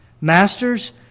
Masters